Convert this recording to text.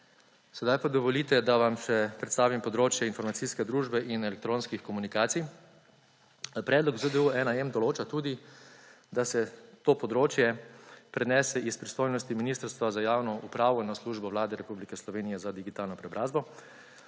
Sedaj pa dovolite, da vam še predstavim področje informacijske družbe in elektronskih komunikacij. Predlog ZDU-1m določa tudi, da se to področje prenese iz pristojnosti Ministrstva za javno upravo na Službo Vlade Republike Slovenije za digitalno preobrazbo.